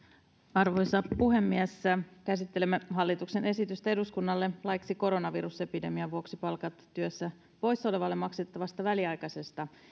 arvoisa puhemies käsittelemme hallituksen esitystä eduskunnalle laiksi koronavirusepidemian vuoksi palkatta työstä poissa olevalle maksettavasta väliaikaisesta